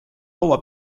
laua